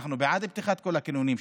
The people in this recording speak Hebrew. אנחנו בעד פתיחת כל הקניונים,